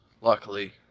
Luckily